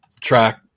track